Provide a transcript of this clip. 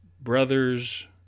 brothers